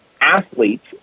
athletes